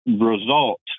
result